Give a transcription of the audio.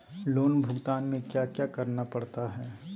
loan भुगतान में क्या क्या करना पड़ता है